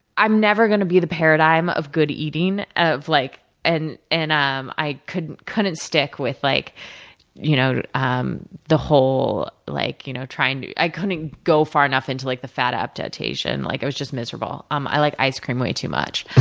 i'm never gonna be the paradigm of good eating, of like and, and i couldn't i couldn't stick with like you know um the whole like you know trying to i couldn't go far enough into like the fat adaptation. like i was just miserable. um i like ice cream way too much.